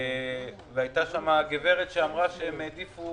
הייתה שם גברת שאמרה שהם העדיפו